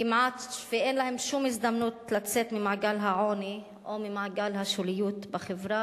כמעט שאין להם שום הזדמנות לצאת ממעגל העוני או ממעגל השוליות בחברה,